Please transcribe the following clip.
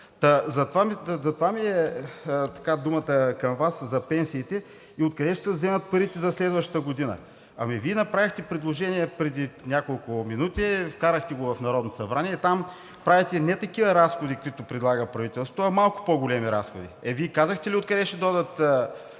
за това ми е думата към Вас за пенсиите. Откъде ще се вземат парите за следващата година? Вие направихте предложение преди няколко минути, вкарахте го в Народното събрание и там правите не такива разходи, каквито предлага правителството, а малко по-големи. Е, Вие казахте ли откъде ще дойдат